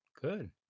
Good